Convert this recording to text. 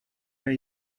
are